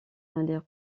les